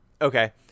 Okay